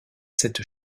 cette